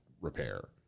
repair